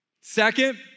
Second